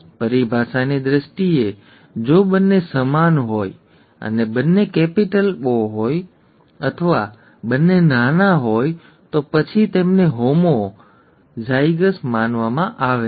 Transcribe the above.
પરિભાષાની દ્રષ્ટિએ જો બંને સમાન હોય અને બંને કેપિટલ ઓ અથવા બંને નાના હોય તો પછી તેમને હોમો સમાન ઝાયગસ માનવામાં આવે છે